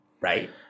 Right